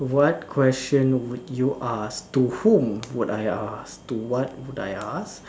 what question would you ask to whom would I ask to what would I ask